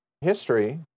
history